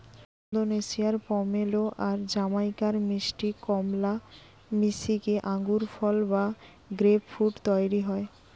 ওন্দোনেশিয়ার pomelo আর জামাইকার মিষ্টি কমলা মিশিকি আঙ্গুরফল বা গ্রেপফ্রূট তইরি হয়